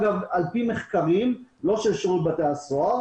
על-פי מחקרים לא של שירות בתי-הסוהר,